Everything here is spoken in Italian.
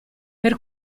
per